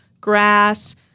grass